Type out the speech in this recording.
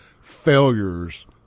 failures